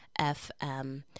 fm